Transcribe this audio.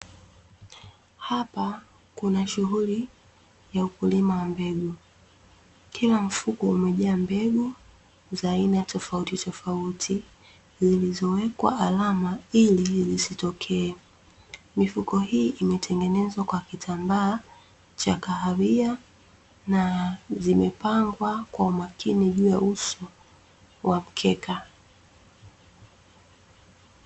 Hapa kuna shughuli ya ukulima wa mbegu. Kila mfuko umejaa mbegu za aina tofautitofauti, zilizowekwa alama ili isitokee. Mifuko hii imetengenezwa kwa kitambaa cha kahawia na zimepangwa kwa makini juu ya uso wa mkeka.